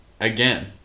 again